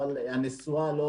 אבל הנסועה לא